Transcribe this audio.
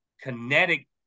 kinetic